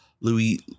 Louis